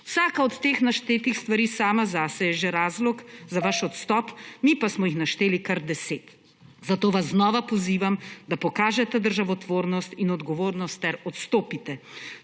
Vsaka od teh naštetih stvari sama zase je že razlog za vaš odstop, mi pa smo jih našteli kar deset. Zato vas znova pozivam, da pokažete državotvornost in odgovornost ter odstopite.